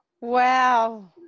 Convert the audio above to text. Wow